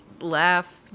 laugh